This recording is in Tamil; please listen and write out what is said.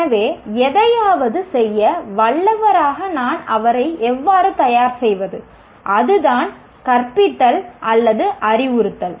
எனவே எதையாவது செய்ய வல்லவராக நான் அவரை எவ்வாறு தயார் செய்வது அதுதான் கற்பித்தல் அல்லது அறிவுறுத்தல்